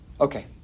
Okay